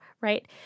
right